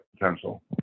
potential